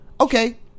Okay